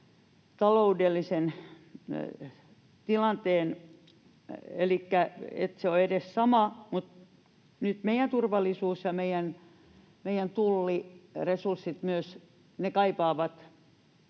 taloudellisen tilanteen, niin että se on edes sama, mutta nyt myös meidän turvallisuutemme ja meidän tulliresurssimme kaipaavat